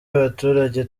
y’abaturage